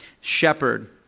shepherd